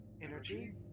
energy